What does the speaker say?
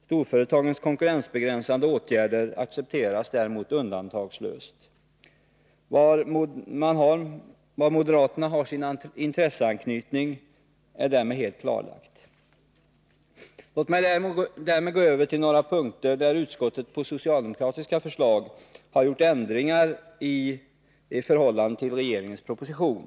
Storföretagens konkurrensbegränsande åtgärder accepteras däremot undantagslöst. Var moderaterna har sin intresseanknytning är därmed helt uppenbart. Låt mig så gå över till några punkter där utskottet på socialdemokratiska förslag har gjort ändringar i förhållande till regeringens proposition.